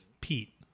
Pete